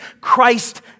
Christ